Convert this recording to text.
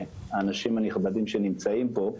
האנשים הנכבדים שנמצאים פה.